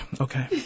Okay